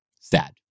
sad